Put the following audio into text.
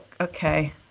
okay